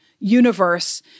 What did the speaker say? universe